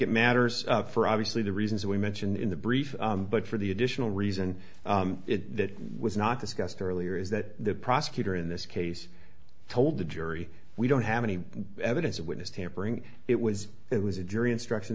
it matters for obviously the reasons we mentioned in the brief but for the additional reason that it was not discussed earlier is that the prosecutor in this case told the jury we don't have any evidence of witness tampering it was it was a jury instruction